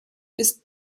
ist